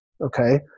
okay